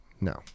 no